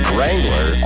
Wrangler